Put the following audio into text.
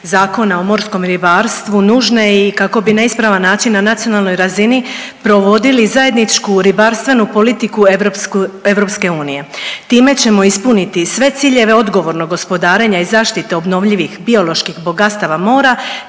Zakona o morskom ribarstvu nužne i kako bi na ispravan način na nacionalnoj razini provodili zajedničku ribarstvenu politiku EU. Time ćemo ispuniti sve ciljeve odgovornog gospodarenja i zaštite obnovljivih bioloških bogatstava mora,